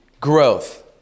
growth